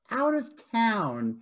out-of-town